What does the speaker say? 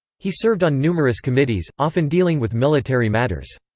he served on numerous committees, often dealing with military matters.